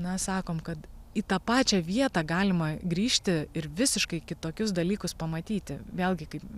na sakom kad į tą pačią vietą galima grįžti ir visiškai kitokius dalykus pamatyti vėlgi kaip